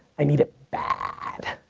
i need it bad.